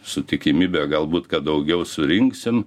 su tikimybe galbūt kad daugiau surinksim